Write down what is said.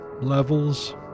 levels